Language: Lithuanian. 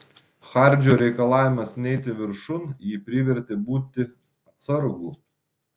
hardžio reikalavimas neiti viršun jį privertė būti atsargų